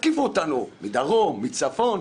יתקיפו אותנו מדרום, מצפון.